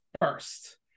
first